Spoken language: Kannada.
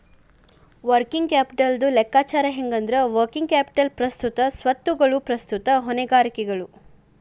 ವರ್ಕಿಂಗ್ ಕ್ಯಾಪಿಟಲ್ದ್ ಲೆಕ್ಕಾಚಾರ ಹೆಂಗಂದ್ರ, ವರ್ಕಿಂಗ್ ಕ್ಯಾಪಿಟಲ್ ಪ್ರಸ್ತುತ ಸ್ವತ್ತುಗಳು ಪ್ರಸ್ತುತ ಹೊಣೆಗಾರಿಕೆಗಳು